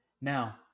Now